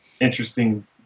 interesting